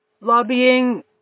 Lobbying